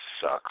sucks